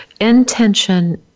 intention